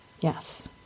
Yes